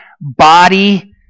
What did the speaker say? body